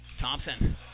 Thompson